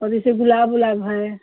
और जैसे गुलाब उलाब है